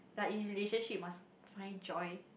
like in relationship must find joy